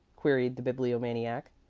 queried the bibliomaniac.